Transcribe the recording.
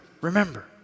remember